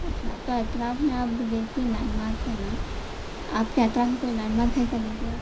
اچھا تو اطراف میں آپ دیکھیے لائن مارک ہے نا آپ کے اطراف میں کوئی لائن مارک ہے کیا دیکھیے آپ